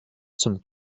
zum